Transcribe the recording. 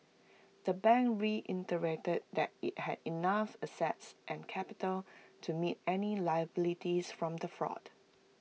the bank reiterated that IT had enough assets and capital to meet any liabilities from the fraud